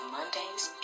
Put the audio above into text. Mondays